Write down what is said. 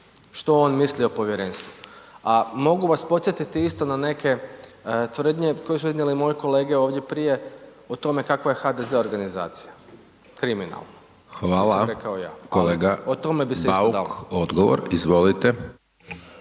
što on misli o povjerenstvu. A mogu vas podsjetiti isto na neke tvrdnje koje su iznijele moje kolege ovdje prije o tome kakva je HDZ organizacija, kriminalna. To nisam rekao ja ali o tome bi se isto dalo. **Hajdaš Dončić,